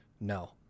no